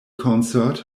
concert